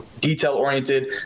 detail-oriented